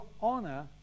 honor